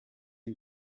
ihm